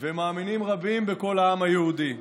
ומאמינים רבים בכל העם היהודי.